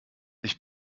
ich